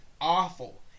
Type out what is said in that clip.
awful